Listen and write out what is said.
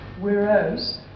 Whereas